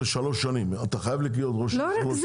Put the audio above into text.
אם נסתכל על --- לא,